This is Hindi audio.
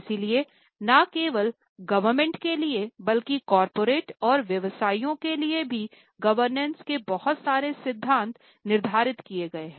इसलिए न केवल गवर्नमेंट के लिए बल्कि कॉर्पोरेट और व्यवसायों के लिए भी गवर्नेंस के बहुत सारे सिद्धांत निर्धारित किए गए हैं